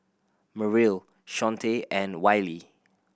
Merrill Shawnte and Wiley